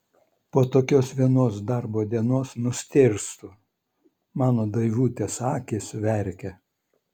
po tokios vienos darbo dienos nustėrstu mano daivutės akys verkia